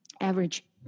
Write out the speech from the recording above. average